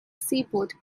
seaport